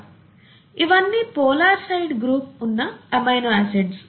ఇవన్నీ polar side group ఉన్న amino acids